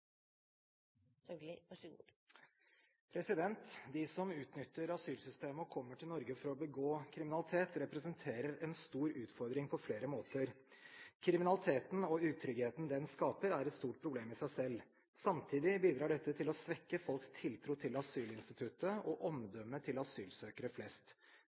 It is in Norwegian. De som utnytter asylsystemet og kommer til Norge for å begå kriminalitet, representerer en stor utfordring på flere måter. Kriminaliteten og utryggheten det skaper, er et stort problem i seg selv. Samtidig bidrar dette til å svekke folks tiltro til asylinstituttet og omdømmet til asylsøkere flest.